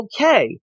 okay